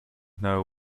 know